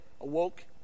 awoke